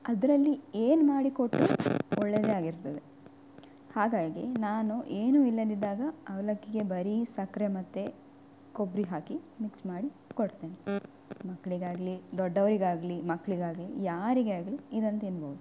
ಅದರಲ್ಲಿ ಏನು ಮಾಡಿಕೊಟ್ಟರೂ ಒಳ್ಳೆಯದೇ ಆಗಿರ್ತದೆ ಹಾಗಾಗಿ ನಾನು ಏನೂ ಇಲ್ಲದಿದ್ದಾಗ ಅವಲಕ್ಕಿಗೆ ಬರೀ ಸಕ್ಕರೆ ಮತ್ತು ಕೊಬ್ಬರಿ ಹಾಕಿ ಮಿಕ್ಸ್ ಮಾಡಿ ಕೊಡ್ತೇನೆ ಮಕ್ಕಳಿಗಾಗ್ಲಿ ದೊಡ್ಡವರಿಗಾಗ್ಲಿ ಮಕ್ಕಳಿಗಾಗ್ಲಿ ಯಾರಿಗೇ ಆಗಲಿ ಇದನ್ನು ತಿನ್ಬೋದು